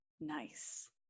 Nice